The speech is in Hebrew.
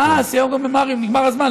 אה, נגמר הזמן.